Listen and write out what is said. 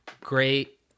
great